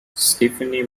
stephanie